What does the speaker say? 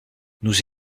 nous